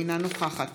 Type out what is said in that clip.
אינה נוכחת